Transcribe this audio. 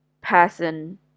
person